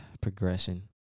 progression